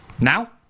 Now